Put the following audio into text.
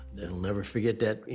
and i'll never forget that,